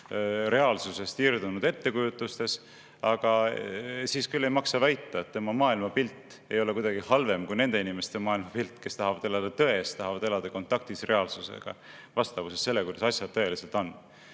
reaalsusest irdunud ettekujutustes, aga siis küll ei maksa väita, et tema maailmapilt ei ole kuidagi halvem kui nende inimeste maailmapilt, kes tahavad elada tões, tahavad elada kontaktis reaalsusega, vastavuses sellega, kuidas asjad tõeliselt on.